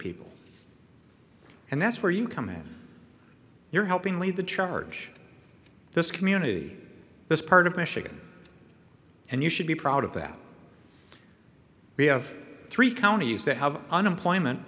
people and that's where you come in you're helping lead the charge this community this part of michigan and you should be proud of that we have three counties that have unemployment